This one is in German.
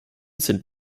sind